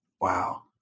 Wow